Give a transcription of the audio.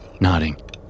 nodding